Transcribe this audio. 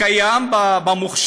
זה קיים במוכש"ר,